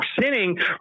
sinning